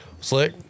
Slick